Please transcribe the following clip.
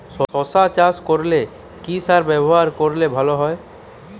শশা চাষ করলে কি সার ব্যবহার করলে ভালো হয়?